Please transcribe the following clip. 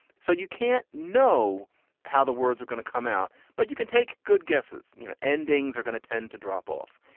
so you can't know how the words are going to come out, but you can take good guesses. you know, endings are going to tend to drop off.